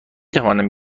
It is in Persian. توانم